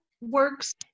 works